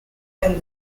and